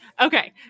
Okay